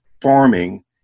farming